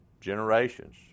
generations